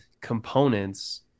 components